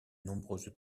nombreuses